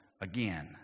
again